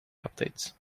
updates